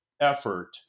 effort